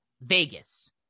Vegas